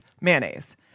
Mayonnaise